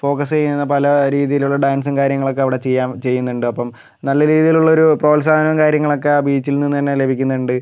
focus ചെയ്യുന്ന പല രീതിയിലുള്ള ഡാൻസും കാര്യങ്ങളൊക്കെ അവിടെ ചെയ്യാം ചെയ്യുന്നുണ്ട് അപ്പം നല്ല രീതിയിലുള്ളൊരു പ്രോത്സാഹനം കാര്യങ്ങളൊക്കെ ആ ബീച്ചിൽ നിന്ന് തന്നെ ലഭിക്കുന്നുണ്ട്